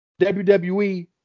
WWE